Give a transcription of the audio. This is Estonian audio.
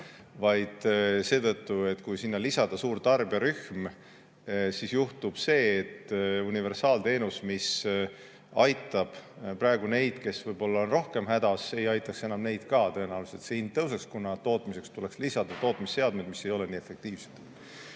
sellepärast, et süda oleks külm ja kalk –, siis juhtub see, et universaalteenus, mis aitab praegu neid, kes võib-olla on rohkem hädas, ei aitaks enam neid ka, tõenäoliselt see hind tõuseks, kuna tootmiseks tuleks lisada tootmisseadmed, mis ei ole nii efektiivsed.